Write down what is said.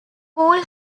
poole